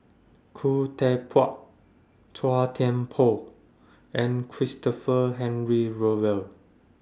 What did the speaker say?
Khoo Teck Puat Chua Thian Poh and Christopher Henry Rothwell